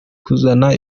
kuzana